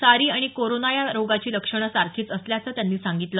सारी आणि करोना या रोगाची लक्षण सारखीच असल्याचं त्यांनी सांगितलं